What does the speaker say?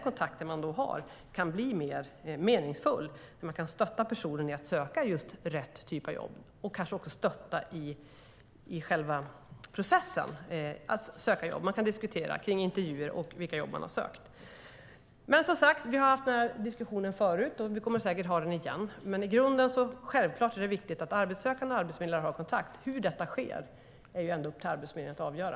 Kontakten kan då bli mer meningsfull genom att stötta personen i processen att söka rätt typ av jobb och i intervjuerna. Vi har haft en diskussion tidigare, och vi kommer säkert att ha en sådan igen. I grunden är det viktigt att arbetssökande och arbetsförmedlare har kontakt med varandra. Hur detta sker är upp till Arbetsförmedlingen att avgöra.